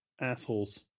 assholes